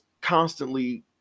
constantly